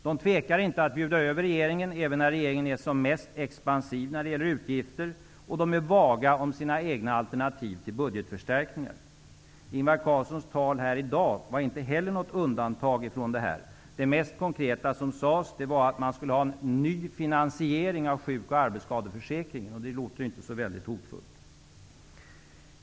De tvekar inte att bjuda över regeringen, även när regeringen är som mest expansiv när det gäller utgifter, och de är vaga om sina egna alternativ till budgetförstärkningar. Ingvar Carlssons tal här i dag var inte heller något undantag från detta. Det mest konkreta som sades var att man skulle ha en ny finansiering av sjuk och arbetsskadeförsäkringen. Det låter ju inte så väldigt hotfullt.